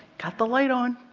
got the light on.